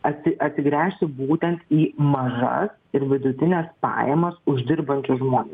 atsi atsigręžti būtent į mažas ir vidutines pajamas uždirbančius žmones